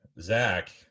zach